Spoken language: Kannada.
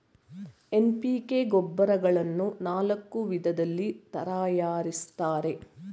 ಎನ್.ಪಿ.ಕೆ ಗೊಬ್ಬರಗಳನ್ನು ನಾಲ್ಕು ವಿಧದಲ್ಲಿ ತರಯಾರಿಸ್ತರೆ